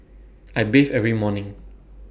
I bathe every morning